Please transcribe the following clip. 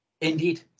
Indeed